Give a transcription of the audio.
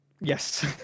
Yes